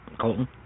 Colton